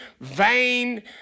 vain